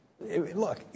Look